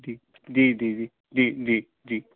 जी जी जी जी जी जी